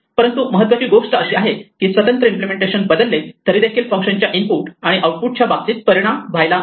परंतु महत्त्वाची गोष्ट अशी आहे की स्वतंत्र इम्पलेमेंटेशन बदलले तरीदेखील फंक्शन च्या इनपुट आणि आऊटपुट च्या बाबतीत परिणाम व्हायला नको